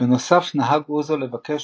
בנוסף נהג אוזו לבקש